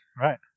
Right